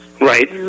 right